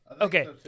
Okay